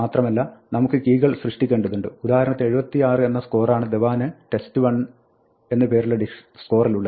മാത്രമല്ല നമുക്ക് കീകൾ സൃഷ്ടിക്കേണ്ടതുണ്ട് ഉദാഹരണത്തിന് 76 എന്ന സ്കോറാണ് ധവാന് test1 എന്ന് പേരുള്ള സ്കോറിലുള്ളത്